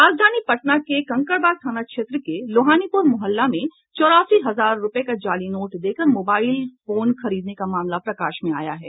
राजधानी पटना के कदमकुंआ थाना क्षेत्र के लोहानीपुर मुहल्ला में चौरासी हजार रूपये का जाली नोट देकर मोबाइल फोन खरीदने का मामला प्रकाश में आया है